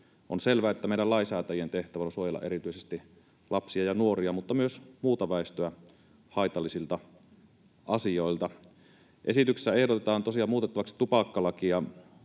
On selvää, että meidän lainsäätäjien tehtävä on suojella erityisesti lapsia ja nuoria, mutta myös muuta väestöä, haitallisilta asioilta. Esityksessä ehdotetaan tosiaan muutettavaksi tupakkalakia